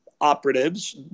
operatives